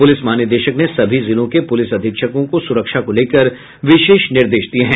police महानिदेशक ने सभी जिलों के पुलिस अधीक्षकों को सुरक्षा को लेकर विशेष निर्देश दिये हैं